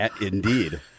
Indeed